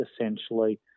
essentially